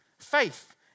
Faith